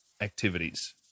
activities